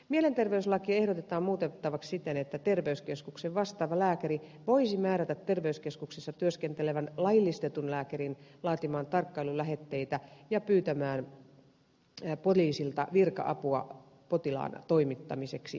mielenterveyslakia ehdotetaan muutettavaksi siten että terveyskeskuksen vastaava lääkäri voisi määrätä terveyskeskuksissa työskentelevän laillistetun lääkärin laatimaan tarkkailulähetteitä ja pyytämään poliisilta virka apua potilaan toimittamiseksi sairaalaan